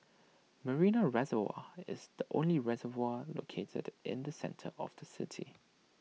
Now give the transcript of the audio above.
Marina Reservoir is the only reservoir located in the centre of the city